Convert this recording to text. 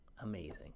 Amazing